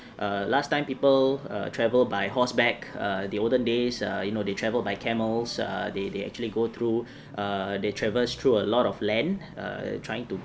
err last time people err travel by horseback err the olden days err you know they traveled by camels err they they actually go through err they travels through a lot of land um trying to